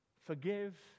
Forgive